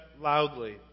loudly